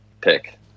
pick